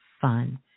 fun